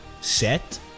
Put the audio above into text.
set